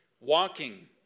Walking